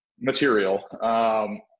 material